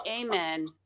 Amen